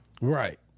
Right